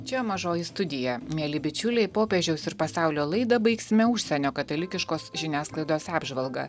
čia mažoji studija mieli bičiuliai popiežiaus ir pasaulio laidą baigsime užsienio katalikiškos žiniasklaidos apžvalga